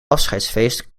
afscheidsfeest